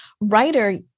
writer